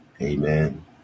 amen